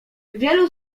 wielu